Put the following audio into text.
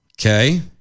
Okay